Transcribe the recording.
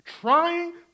trying